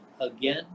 again